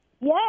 Yes